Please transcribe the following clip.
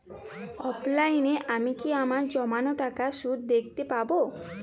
অনলাইনে আমি কি আমার জমানো টাকার সুদ দেখতে পবো?